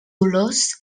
olors